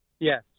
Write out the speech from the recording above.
Yes